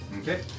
Okay